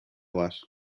var